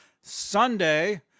Sunday